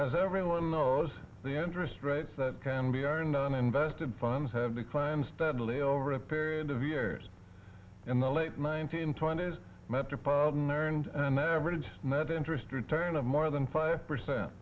as everyone knows the entrance traits that can be earned on invested funds have declined steadily over a period of years in the late nineteen twenty s metropolitan earned an average net interest return of more than five percent